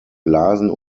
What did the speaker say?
blasen